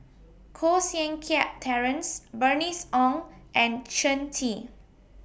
Koh Seng Kiat Terence Bernice Ong and Shen Xi